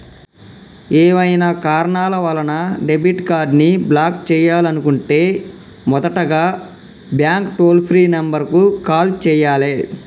ఏవైనా కారణాల వలన డెబిట్ కార్డ్ని బ్లాక్ చేయాలనుకుంటే మొదటగా బ్యాంక్ టోల్ ఫ్రీ నెంబర్ కు కాల్ చేయాలే